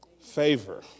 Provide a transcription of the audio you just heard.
favor